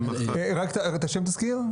רק את השם תזכיר.